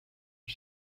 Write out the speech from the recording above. los